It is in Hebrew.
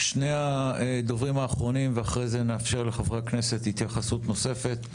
שני הדוברים האחרונים ואחרי זה נאפשר לחברי הכנסת התייחסות נוספת.